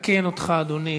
לספר לך עוד פרט.